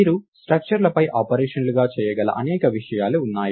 మీరు స్ట్రక్చర్లపై ఆపరేషన్లుగా చేయగల అనేక విషయాలు ఉన్నాయి